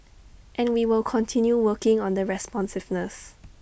and we will continue working on the responsiveness